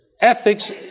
ethics